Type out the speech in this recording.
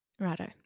Righto